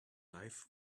life